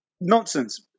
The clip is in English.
Nonsense